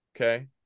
okay